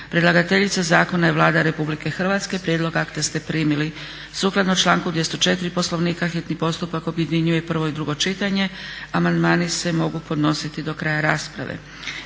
Predlagateljica zakona je Vlada Republike Hrvatske. Prijedlog akta ste primili. Sukladno članku 204. Poslovnika hitni postupak objedinjuje prvo i drugo čitanje. Amandmani se mogu podnositi do kraja rasprave.